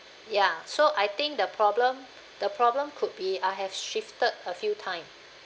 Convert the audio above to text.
ya so I think the problem the problem could be I have shifted a few time